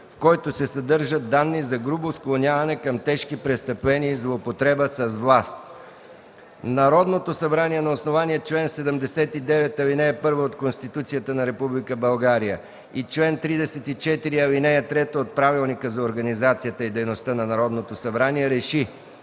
в който се съдържат данни за грубо склоняване към тежки престъпления и злоупотреба с власт Народното събрание на основание чл. 79, ал. 1 от Конституцията на Република България и чл. 34, ал. 3 от Правилника за организацията и дейността на Народното събрание